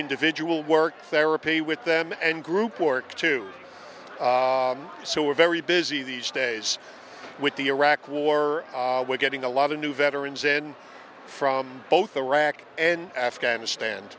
individual work therapy with them and group work too so we're very busy these days with the iraq war we're getting a lot of new veterans in from both iraq and afghanistan